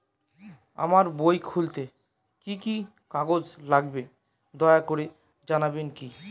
আমার বই খুলতে কি কি কাগজ লাগবে দয়া করে জানাবেন কি?